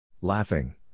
Laughing